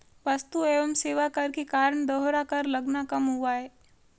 वस्तु एवं सेवा कर के कारण दोहरा कर लगना कम हुआ है